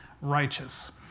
righteous